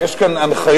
יש כאן הנחיות.